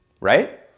Right